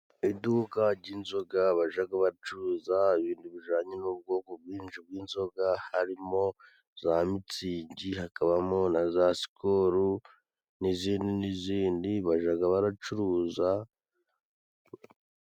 Iduka jy'inzoga bajaga bacuruza ibintu bijanye n'ubwoko bwinshi bw'inzoga harimo za mitsingi, hakabamo na za skolo, n'izindi n'izindi bajaga baracuruza.,